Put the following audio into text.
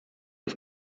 des